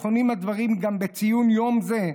נכונים הדברים גם בציון יום זה,